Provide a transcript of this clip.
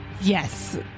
Yes